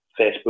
Facebook